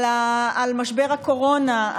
על משבר הקורונה,